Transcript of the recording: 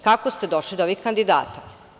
Kako ste došli do ovih kandidata?